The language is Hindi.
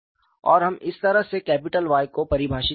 और हम इस तरह से कैपिटल Y को परिभाषित करते हैं